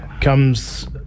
comes